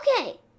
Okay